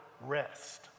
rest